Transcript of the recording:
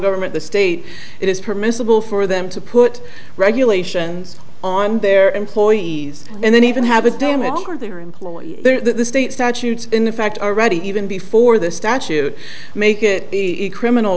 government the state it is permissible for them to put regulations on their employees and then even have a damage for their employees there that the state statutes in effect already even before this statute make it a criminal